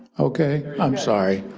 okay, i'm sorry.